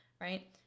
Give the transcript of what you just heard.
Right